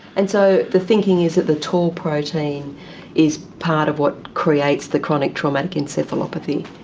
and so the thinking is that the tau protein is part of what creates the chronic traumatic encephalopathy?